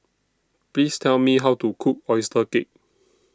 Please Tell Me How to Cook Oyster Cake